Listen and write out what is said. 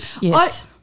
Yes